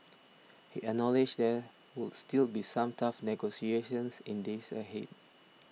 he acknowledged there would still be some tough negotiations in days ahead